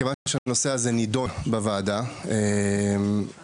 כיוון שהנושא הזה נדון בוועדה ואנחנו,